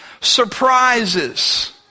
surprises